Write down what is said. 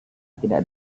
tidak